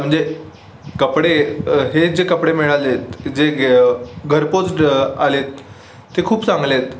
म्हणजे कपडे हे जे कपडे मिळाले आहेत जे गे घरपोच आले आहेत ते खूप चांगले आहेत